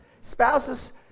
Spouses